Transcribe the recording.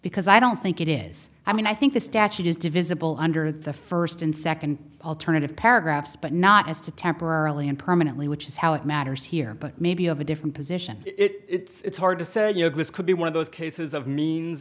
because i don't think it is i mean i think the statute is divisible under the first and second alternative paragraphs but not as to temporarily and permanently which is how it matters here maybe of a different position it's hard to say this could be one of those cases of means